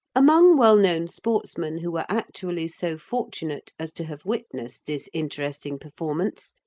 among well-known sportsmen who were actually so fortunate as to have witnessed this interesting performance,